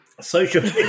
Social